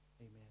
Amen